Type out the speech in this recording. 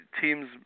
teams